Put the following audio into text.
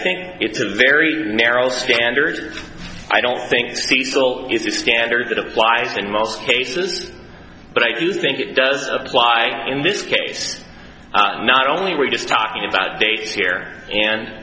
think it's a very narrow standard i don't think cecil is the standard that applies in most cases but i do think it does apply in this case not only we're just talking about dates here and